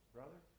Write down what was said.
Brother